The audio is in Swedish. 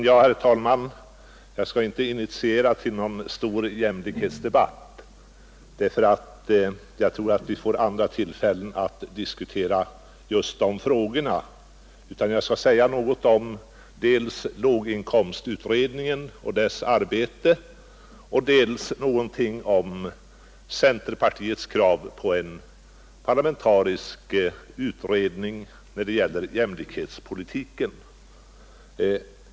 Herr talman! Jag skall här inte initiera till någon stor jämlikhetsdebatt. Vi får säkert andra tillfällen att diskutera de frågorna. I stället skall jag säga några ord, dels om låginkomstutredningen och dess arbete, dels om centerpartiets krav på en parlamentarisk utredning om jämlikhetspolitiken.